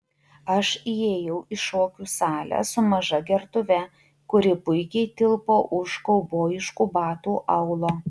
aš įėjau į šokių salę su maža gertuve kuri puikiai tilpo už kaubojiškų batų aulo